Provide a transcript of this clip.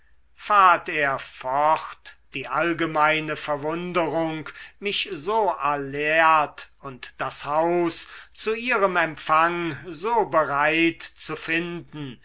er fort die allgemeine verwunderung mich so alert und das haus zu ihrem empfang so bereit zu finden